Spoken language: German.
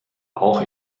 auch